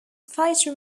fate